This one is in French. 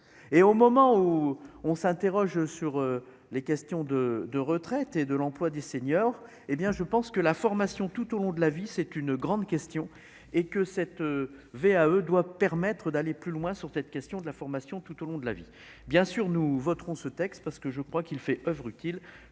et au moment où on s'interroge sur les questions de de retraite et de l'emploi des seniors, hé bien je pense que la formation tout au long de la vie, c'est une grande question et que cette VAE doit permettre d'aller plus loin sur cette question de la formation tout au long de la vie, bien sûr, nous voterons ce texte parce que je crois qu'il fait oeuvre utile,